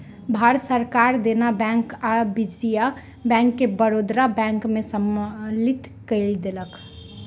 भारत सरकार देना बैंक आ विजया बैंक के बड़ौदा बैंक में सम्मलित कय देलक